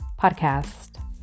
Podcast